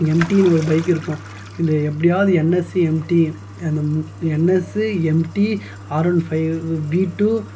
M டினு ஒரு bike இருக்கும் இதை எப்படியாவது என் எஸ் எம் டி அந்த N S M T R one five V two